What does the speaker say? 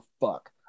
fuck